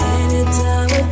anytime